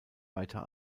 weiter